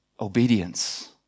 Obedience